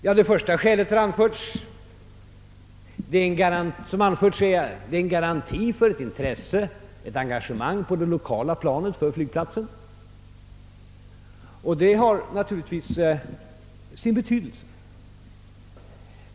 Ja, det första skälet som anförts är att det är en garanti för ett intresse, ett engagemang på det lokala planet för flygplatsen, och detta har naturligtvis sin betydelse.